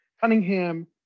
Cunningham